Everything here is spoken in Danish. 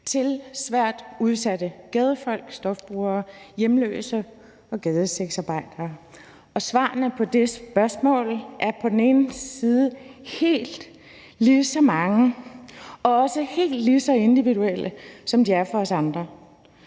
til svært udsatte gadefolk, stofbrugere, hjemløse og gadesexarbejdere, og svarene på det spørgsmål er på den ene side fuldt ud lige så mange og også fuldt ud lige så individuelle, som de er for os andre.